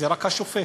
זה רק השופט.